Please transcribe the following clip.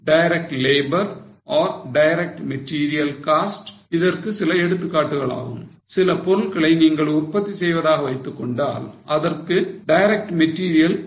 direct labour or direct material cost இதற்கு சில எடுத்துக்காட்டுகளாகும் சில பொருள்களை நீங்கள் உற்பத்தி செய்வதாக வைத்துக் கொண்டால் அதற்கு டைரக்ட் மெட்டீரியல் தேவை